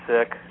sick